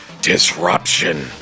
Disruption